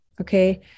okay